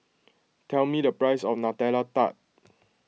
tell me the price of Nutella Tart